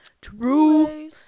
True